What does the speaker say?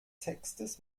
textes